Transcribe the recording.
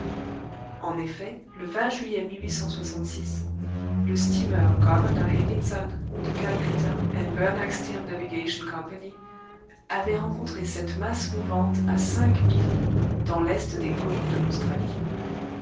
en effet le juillet le steamer governor higginson de calcutta and burnach steam navigation company avait rencontré cette masse mouvante à cinq milles dans l'est des côtes de l'australie